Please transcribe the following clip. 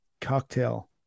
cocktail